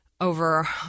over